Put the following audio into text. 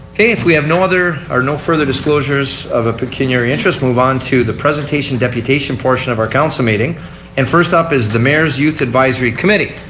if we have no other or no further disclosures of a pecuniary interest move on to the presentation deputation portion of our council meeting and first up is the mayor's youth advisory committee.